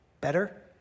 better